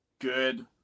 good